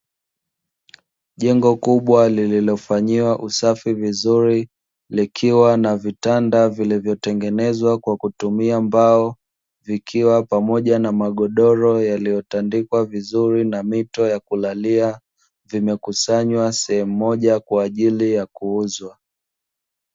Jengo kubwa lililofanyiwa usafi vizuri, likiwa na vitanda vilivyotengenezwa kwa kutumia mbao, vikiwa pamoja na magodoro yaliyo tandikwa vizuri na mito ya kulalia, vimekusanywa sehemu oja kwa ajili ya kuuzwa.